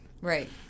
right